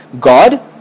God